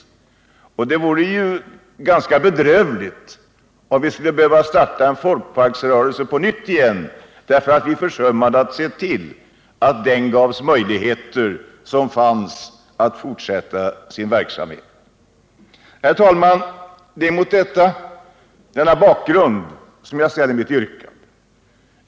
Det vore ganska bedrövligt om vi skulle behöva starta en folkparksrörelse på nytt därför att vi försummade att se till att den nuvarande verksamheten gavs möjligheter att fortsätta. Det är mot denna bakgrund som jag ställer mitt yrkande.